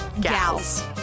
Gals